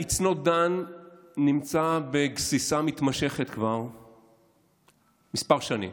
ה-It's not done נמצא בגסיסה מתמשכת כבר כמה שנים.